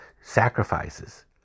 sacrifices